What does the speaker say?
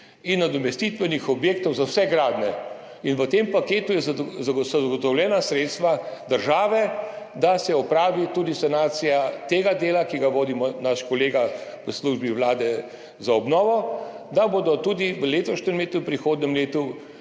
in nadomestitvenih objektov za vse gradnje. V tem paketu so zagotovljena sredstva države, da se opravi tudi sanacija tega dela, ki ga vodi naš kolega v službi Vlade za obnovo, da bodo tudi v letošnjem letu, v prihodnjem letu